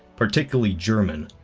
particularly german.